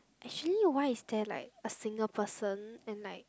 actually why is there like a single person and like